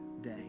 day